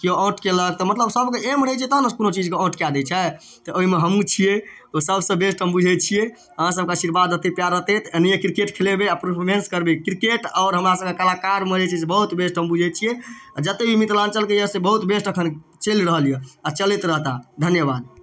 केओ आउट केलक तऽ मतलब सभके एम रहै छै तहनने कोनो चीजके आउट कए दै छै तऽ ओइमे हमहुँ छियै सभसँ बेस्ट हम बुझै छियै अहाँ सभके आशीर्वाद रहतै प्यार रहतै तऽ एनाहिये क्रिकेट खलेबै आओर परफॉर्मेंस करबै क्रिकेट आओर हमरा सभके कलाकारमे जे छै से बहुत बेस्ट हम बुझै छियै आओर जते भी मिथिलाञ्चलके यऽ से बहुत बेस्ट अखन चलि रहल यऽ आओर चलैत रहता धन्यवाद